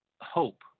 hope